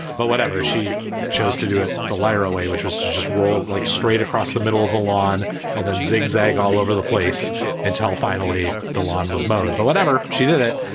but whatever she chose to do it the layer away, which was to just roll like straight across the middle of the lawn and then zig zag all over the place until finally the lawn was mowed. but whatever, she did it.